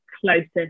closest